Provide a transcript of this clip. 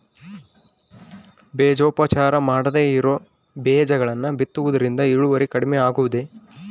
ಬೇಜೋಪಚಾರ ಮಾಡದೇ ಇರೋ ಬೇಜಗಳನ್ನು ಬಿತ್ತುವುದರಿಂದ ಇಳುವರಿ ಕಡಿಮೆ ಆಗುವುದೇ?